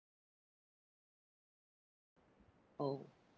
oh